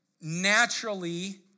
naturally